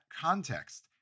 context